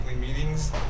meetings